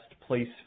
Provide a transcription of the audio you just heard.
place